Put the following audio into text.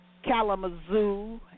Kalamazoo